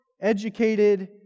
educated